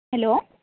hello